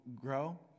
grow